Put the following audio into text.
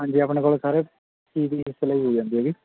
ਹਾਂਜੀ ਆਪਣੇ ਕੋਲ ਸਾਰੇ ਸੂਟ ਸਿਲਾਈ ਹੋ ਜਾਂਦੇ ਆ ਜੀ